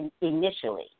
initially